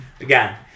Again